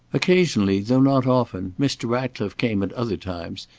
occasionally, though not often, mr. ratcliffe came at other times,